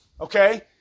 okay